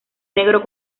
negro